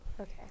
Okay